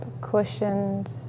cushioned